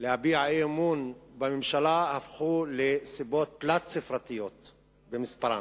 להביע אי-אמון בממשלה הפכו להיות תלת-ספרתיות במספרן.